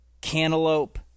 cantaloupe